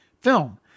film